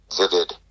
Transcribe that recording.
vivid